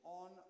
on